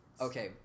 Okay